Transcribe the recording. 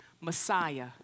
Messiah